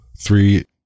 three